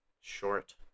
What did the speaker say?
short